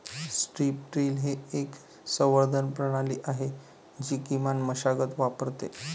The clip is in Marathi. स्ट्रीप टिल ही एक संवर्धन प्रणाली आहे जी किमान मशागत वापरते